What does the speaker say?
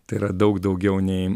tai yra daug daugiau nei